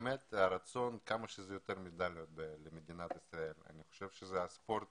כמה שיותר מדליות למדינת ישראל, אני חושב שהספורט